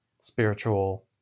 spiritual